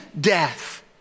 death